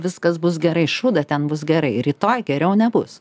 viskas bus gerai šūdą ten bus gerai rytoj geriau nebus